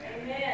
Amen